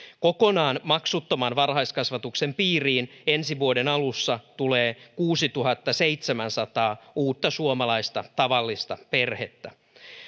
kokonaan maksuttoman varhaiskasvatuksen piiriin ensi vuoden alussa tulee kuusituhattaseitsemänsataa uutta suomalaista tavallista perhettä